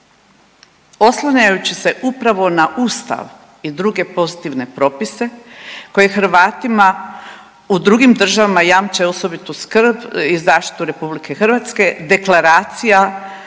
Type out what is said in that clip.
Oslanjajući se upravo na Ustav i druge pozitivne propise koji Hrvatima u drugim državama jamče osobitu skrb i zaštitu RH deklaracija